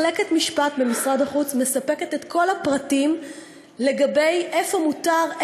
מחלקת משפט במשרד החוץ מספקת את כל הפרטים לגבי איפה מותר,